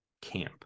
Camp